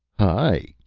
hi,